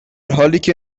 حالیکه